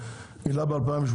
הוא העלה ב-2018,